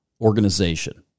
organization